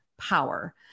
power